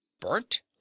burnt